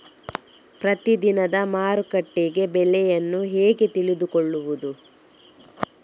ಪ್ರತಿದಿನದ ಮಾರುಕಟ್ಟೆ ಬೆಲೆಯನ್ನು ಹೇಗೆ ತಿಳಿದುಕೊಳ್ಳುವುದು?